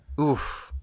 Oof